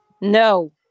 No